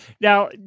Now